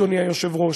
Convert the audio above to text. אדוני היושב-ראש,